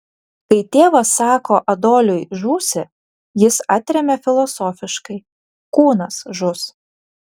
kai tėvas sako adoliui žūsi jis atremia filosofiškai kūnas žus